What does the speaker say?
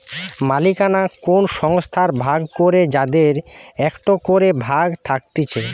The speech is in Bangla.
মালিকানা কোন সংস্থার ভাগ করে যাদের একটো করে ভাগ থাকতিছে